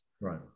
Right